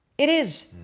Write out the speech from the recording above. it is.